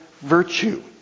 virtue